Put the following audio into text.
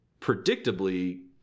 predictably